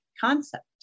concept